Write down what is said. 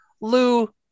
Lou